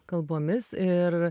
kalbomis ir